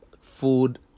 food